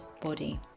body